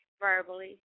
verbally